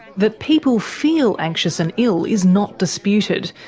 that people feel anxious and ill is not disputed.